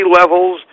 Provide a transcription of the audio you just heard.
levels